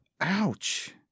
Ouch